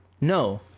No